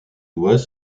doigts